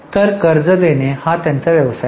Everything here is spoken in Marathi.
तर कर्ज देणे हा त्यांचा व्यवसाय आहे